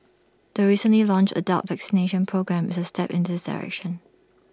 the recently launched adult vaccination programme is A step in this direction